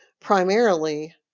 primarily